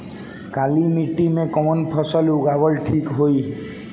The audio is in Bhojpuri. काली मिट्टी में कवन फसल उगावल ठीक होई?